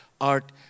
art